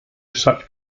such